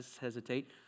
hesitate